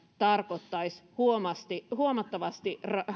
tarkoittaisi huomattavasti